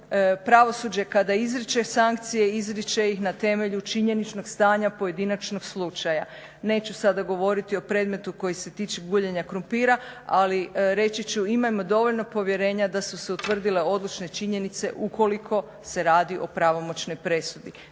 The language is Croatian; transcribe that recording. Pravosuđe kada izriče sankcije izriče ih na temelju činjeničnog stanja pojedinačnog slučaja. Neću sada govoriti o predmetu koji se tiče guljenja krumpira ali reći ću imajmo dovoljno povjerenja da su se utvrdile odlične činjenice ukoliko se radi o pravomoćnoj presudi.